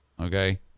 Okay